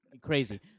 crazy